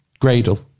Gradle